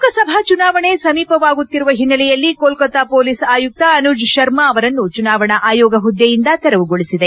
ಲೋಕಸಭಾ ಚುನಾವಣೆ ಸಮೀಪವಾಗುತ್ತಿರುವ ಹಿನ್ನೆಲೆಯಲ್ಲಿ ಕೊಲ್ಕತಾ ಮೊಲೀಸ್ ಆಯುಕ್ತ ಅನುಜ್ ಶರ್ಮ ಅವರನ್ನು ಚುನಾವಣಾ ಆಯೋಗ ಪುದ್ದೆಯಿಂದ ಶೆರವುಗೊಳಿಸಿದೆ